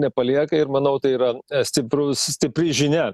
nepalieka ir manau tai yra stiprus stipri žinia